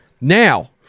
Now